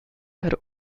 had